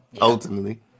Ultimately